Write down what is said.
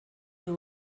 you